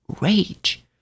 rage